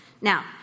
Now